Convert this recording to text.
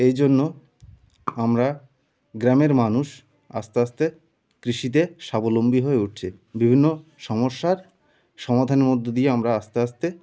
এই জন্য আমরা গ্রামের মানুষ আস্তে আস্তে কৃষিতে স্বাবলম্বী হয়ে উঠছি বিভিন্ন সমস্যার সমাধানের মধ্য দিয়ে আমরা আস্তে আস্তে